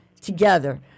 together